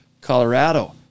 Colorado